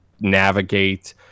navigate